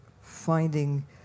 finding